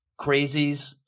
crazies